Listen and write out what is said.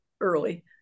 early